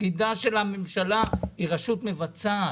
הממשלה היא רשות מבצעת.